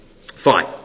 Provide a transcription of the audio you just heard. Fine